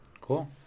Cool